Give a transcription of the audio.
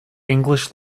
english